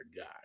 guy